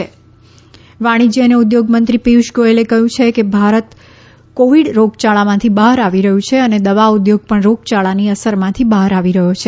ગોયલ ફાર્માં વાણિજ્ય અને ઉદ્યોગમંત્રી પિયુષ ગોયલે કહ્યું છે કે ભારત કોવીડ રોગયાળામાંથી બહાર આવી રહયું છે અને દવા ઉદ્યોગ પણ રોગયાળાની અસરમાંથી બહાર આવી રહ્યો છે